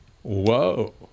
whoa